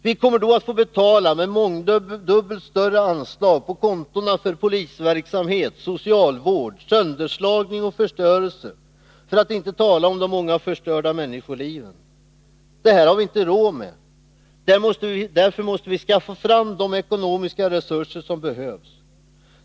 Vi kommer då att få betala med mångdubbelt större anslag på kontona för polisverksamhet, socialvård, sönderslagning och förstörelse — för att inte tala om de många förstörda människoliven. Detta har vi inte råd med. Därför måste vi skaffa fram de ekonomiska resurser som behövs.